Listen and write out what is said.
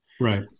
Right